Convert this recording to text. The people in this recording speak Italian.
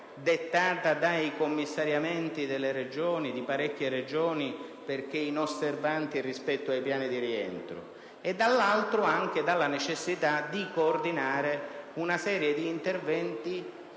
dettata dai commissariamenti di numerose Regioni perché inosservanti rispetto ai piani di rientro e, dall'altro, la necessità di coordinare una serie di interventi